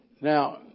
Now